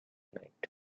night